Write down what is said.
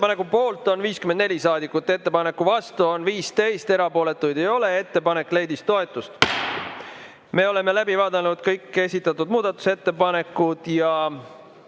Muudatusettepaneku poolt on 54 saadikut, ettepaneku vastu on 15, erapooletuid ei ole. Ettepanek leidis toetust.Me oleme läbi vaadanud kõik esitatud muudatusettepanekud.